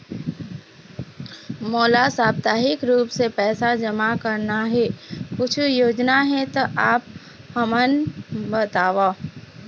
मोला साप्ताहिक रूप से पैसा जमा करना हे, कुछू योजना हे त आप हमन बताव?